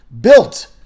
built